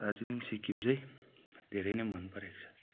दार्जिलिङ सिक्किम चै धेरै ने मन परेको छ